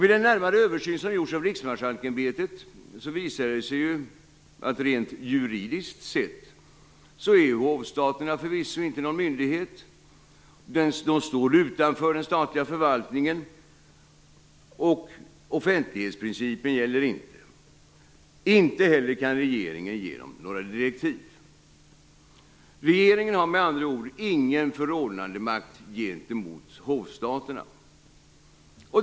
Vid en närmare översyn, som har gjorts av Riksmarsalksämbetet, visade det sig att Hovstaterna rent juridiskt sett förvisso inte är någon myndighet. Inte heller kan regeringen ge dem några direktiv. Regeringen har med andra ord ingen förordnandemakt gentemot Hovstaterna.